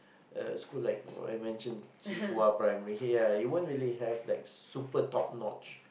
uh school like what I mention Qihua-Primary yeah you won't really have like super top notch